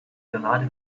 gerade